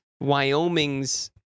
Wyoming's